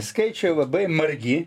skaičiai labai margi